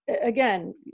again